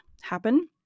happen